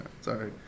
sorry